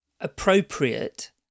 appropriate